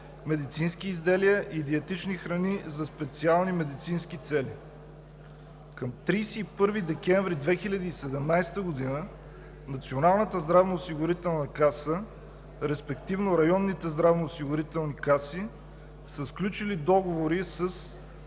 медицински изделия и диетични храни за специални медицински цели. Към 31 декември 2017 г. Националната здравноосигурителна каса, респективно районните здравноосигурителни каси са сключили договори с